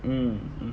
mm mm